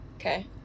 Okay